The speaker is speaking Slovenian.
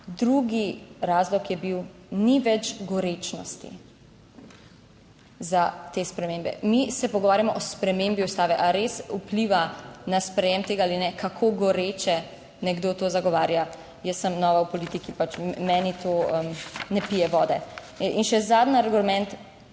Drugi razlog je bil, ni več gorečnosti za te spremembe. Mi se pogovarjamo o spremembi ustave. A res vpliva na sprejem tega ali ne, kako goreče nekdo to zagovarja? Jaz sem nova v politiki, pač meni to ne pije vode. In še zadnji argument: